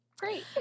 Great